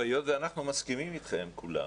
טוב, היות שאנחנו מסכימים אתכם כולם,